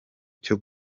cyo